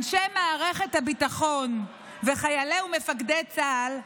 אנשי מערכת הביטחון וחיילי ומפקדי צה"ל,